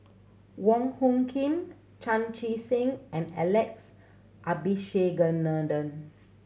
Wong Hung Khim Chan Chee Seng and Alex Abisheganaden